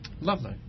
Lovely